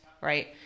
right